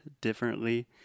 differently